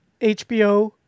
HBO